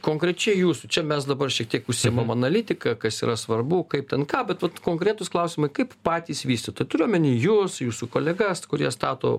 konkrečiai jūsų čia mes dabar šiek tiek užsiimam analitika kas yra svarbu kaip ten ką bet vat konkretūs klausimai kaip patys vystytai turiu omeny jus jūsų kolegas kurie stato